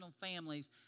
families